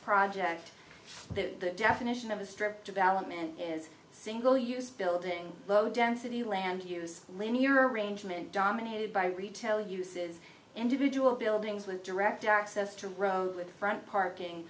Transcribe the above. project the definition of a strip development is single use building low density land use linear arrangement dominated by retail uses individual buildings with direct access to road with front parking